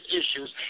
issues